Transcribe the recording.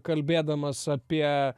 kalbėdamas apie